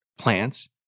plants